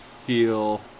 Feel